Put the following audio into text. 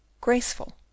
graceful